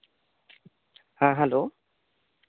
ᱦᱮᱸ ᱦᱮᱞᱳ